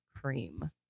cream